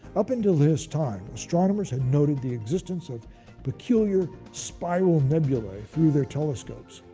up until his time, astronomers had noted the existence of peculiar spiral nebulae through their telescopes.